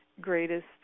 greatest